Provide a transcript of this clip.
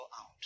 out